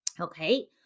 Okay